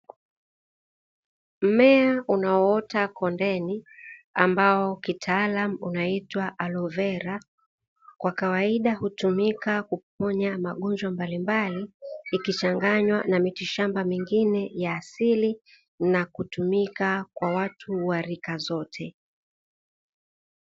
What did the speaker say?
Mmea unaoota kondeni ambao kitaalamu unaitwa alovera kwa kawaida hutumika kuponya magonjwa mbalimbali ikichanganywa na miti shamba mingine ya asili na kutumika kwa watu wa rika zote.